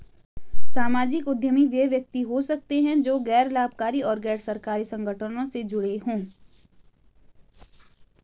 सामाजिक उद्यमी वे व्यक्ति हो सकते हैं जो गैर लाभकारी और गैर सरकारी संगठनों से जुड़े हों